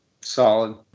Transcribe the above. Solid